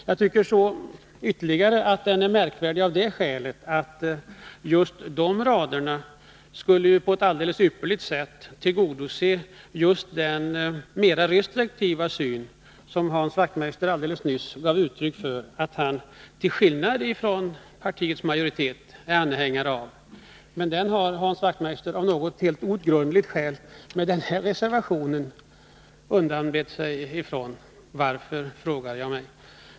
Jag tycker vidare att reservationen är märklig av det skälet att just de rader den vänder sig emot på ett alldeles ypperligt sätt svarar mot en mer restriktiv syn som Hans Wachtmeister, som han nyss sade, till skillnad från partiets majoritet är anhängare av. Men den skrivningen har Hans Wachtmeister av något outgrundligt skäl tagit avstånd från. Varför, frågar jag mig.